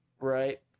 Right